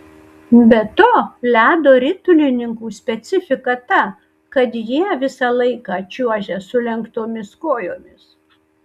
be to ledo ritulininkų specifika ta kad jie visą laiką čiuožia sulenktomis kojomis